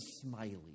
smiley